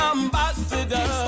Ambassador